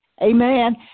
Amen